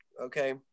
okay